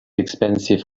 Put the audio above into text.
expensive